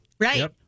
right